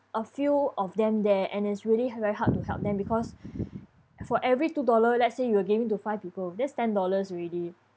a few of them there and is really very hard to help them because for every two dollar let's say you were giving to five people that's ten dollars already